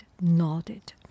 nodded